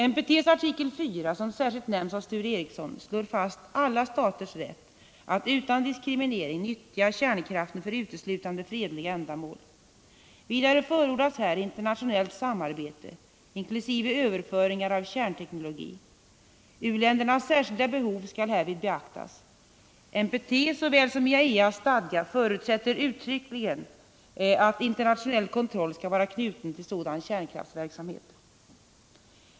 NPT:s artikel IV, som särskilt nämns av Sture Ericson, slår fast alla staters rätt att utan diskriminering nyttja kärnkraften för uteslutande fredliga ändamål. Vidare förordas här internationellt samarbete, inklusive överföringar av kärnteknologi. U-ländernas särskilda behov skall härvid beaktas. NPT, såväl som IAEA:s stadga, förutsätter uttryckligen att internationell kontroll skall vara knuten till sådan kärnkraftsverksamhet.